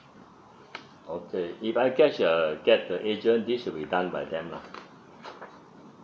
okay if I get the get the agent this will be done by them lah